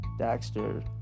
Daxter